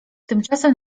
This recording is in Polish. tymczasem